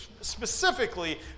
specifically